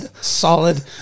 solid